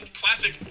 classic